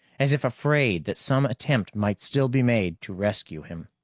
as if afraid that some attempt might still be made to rescue him.